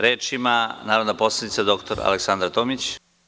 Reč ima narodna poslanica dr Aleksandra Tomić.